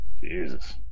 Jesus